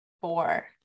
Four